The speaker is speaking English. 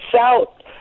out